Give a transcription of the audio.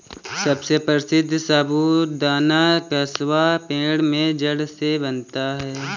सबसे प्रसिद्ध साबूदाना कसावा पेड़ के जड़ से बनता है